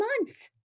months